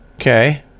Okay